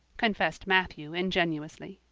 confessed matthew ingenuously.